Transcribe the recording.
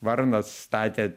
varnas statė